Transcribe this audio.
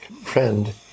friend